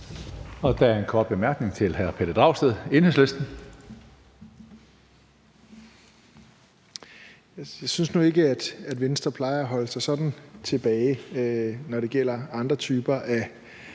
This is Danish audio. Der er en kort bemærkning til hr. Pelle Dragsted, Enhedslisten. Kl. 18:00 Pelle Dragsted (EL): Jeg synes nu ikke, at Venstre plejer at holde sig sådan tilbage, når det gælder andre typer af